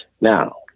Now